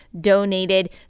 donated